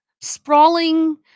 sprawling